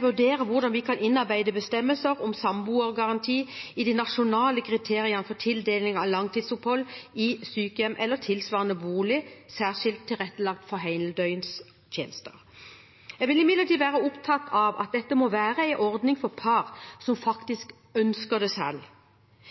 vurdere hvordan vi kan innarbeide bestemmelser om samboergaranti i de nasjonale kriteriene for tildeling av langtidsopphold i sykehjem eller tilsvarende bolig særskilt tilrettelagt for heldøgnstjenester. Jeg vil imidlertid være opptatt av at dette må være en ordning for par som faktisk ønsker det selv.